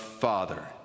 Father